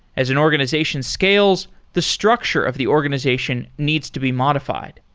as an organization scales, the structure of the organization needs to be modified.